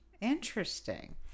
Interesting